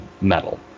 metal